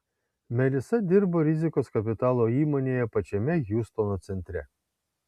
melisa dirbo rizikos kapitalo įmonėje pačiame hjustono centre